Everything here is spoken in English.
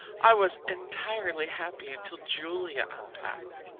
i was entirely happy until julia unpacked.